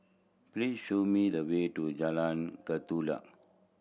please show me the way to Jalan Ketula